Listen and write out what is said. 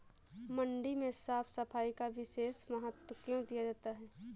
मंडी में साफ सफाई का विशेष महत्व क्यो दिया जाता है?